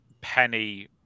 penny